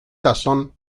tazón